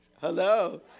Hello